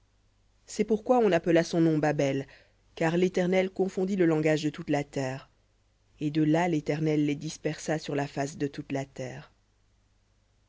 c'est pourquoi on appela son nom babel car là l'éternel confondit le langage de toute la terre et de là l'éternel les dispersa sur la face de toute la terre